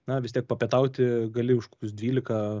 na vis tiek papietauti gali už kokius dvylika